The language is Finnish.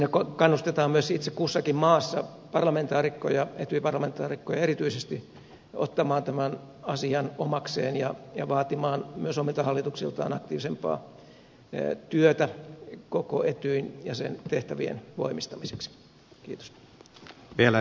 siinä kannustetaan myös itse kussakin maassa parlamentaarikkoja etyj parlamentaarikkoja erityisesti ottamaan tämä asia omakseen ja vaatimaan myös omilta hallituksiltaan aktiivisempaa työtä koko etyjin ja sen tehtävien voimistamiseksi